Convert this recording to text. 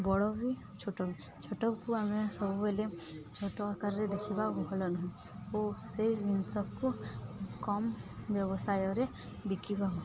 ବଡ଼ ବି ଛୋଟ ବି ଛୋଟକୁ ଆମେ ସବୁବେଳେ ଛୋଟ ଆକାରରେ ଦେଖିବା ଭଲ ନ ହଁ ଓ ସେଇ ଜିନିଷକୁ କମ୍ ବ୍ୟବସାୟରେ ବିକିବା ହଉ